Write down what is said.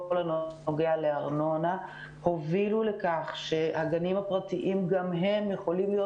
הנוגע לארנונה הובילו לכך שהגנים הפרטיים גם הם יכולים להיות